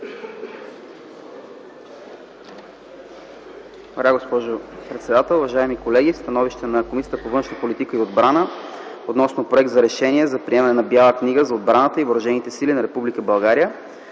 Уважаема госпожо председател, уважаеми колеги! „СТАНОВИЩЕ на Комисията по външна политика и отбрана относно Проект за решение за приемане на Бяла книга за отбраната и въоръжените сили на Република